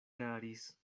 eraris